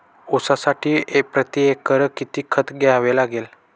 ऊसासाठी प्रतिएकर किती खत द्यावे लागेल?